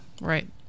right